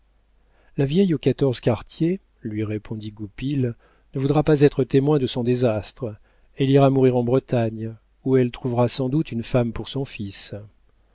la vieille aux quatorze quartiers lui répondit goupil ne voudra pas être témoin de son désastre elle ira mourir en bretagne où elle trouvera sans doute une femme pour son fils